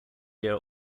year